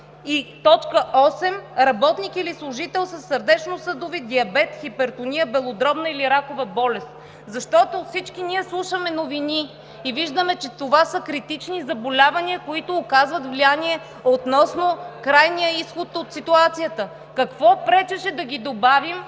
и т. 8 „работник или служител със сърдечно-съдови заболявания, диабет, хипертония, белодробна или ракова болест“. Всички ние слушаме новини и виждаме, че това са критични заболявания, които оказват влияние относно крайния изход от ситуацията. Какво пречеше да ги добавим